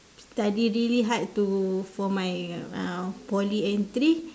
study really hard to for my uh poly entry